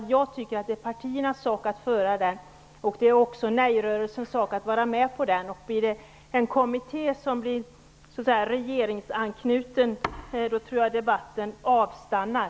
Jag tycker att det är partiernas sak att föra debatten, och det är också nej-rörelsens sak att vara med på den. Blir det en regeringsanknuten kommitté, tror jag att debatten avstannar.